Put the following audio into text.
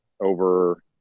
over